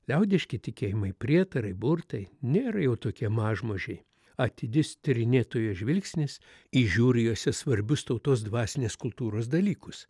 liaudiški tikėjimai prietarai burtai nėra jau tokie mažmožiai atidis tyrinėtojo žvilgsnis įžiūri juose svarbius tautos dvasinės kultūros dalykus